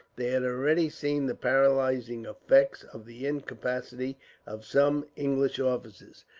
they had already seen the paralysing effects of the incapacity of some english officers.